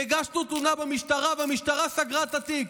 הגשנו תלונה במשטרה, והמשטרה סגרה את התיק.